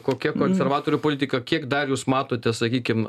kokia konservatorių politika kiek dar jūs matote sakykim